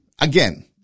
Again